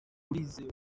urizewe